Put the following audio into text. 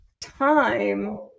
time